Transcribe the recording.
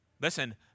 listen